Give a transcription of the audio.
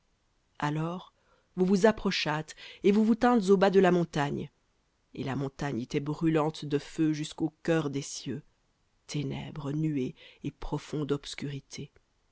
alors vous vous approchâtes et vous vous tîntes au bas de la montagne et la montagne était brûlante de feu jusqu'au cœur des cieux ténèbres nuées et profonde obscurité